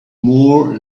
more